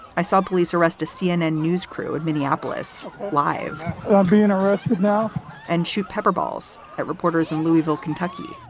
i saw police arrest a cnn news crew in minneapolis, um three in a row now and shoot pepper balls at reporters in louisville, kentucky